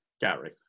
Gary